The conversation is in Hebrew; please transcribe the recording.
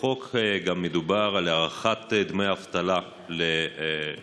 בחוק גם מדובר על הארכת דמי אבטלה למובטלים,